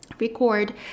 record